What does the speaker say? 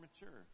mature